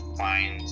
find